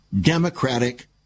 democratic